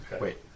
Wait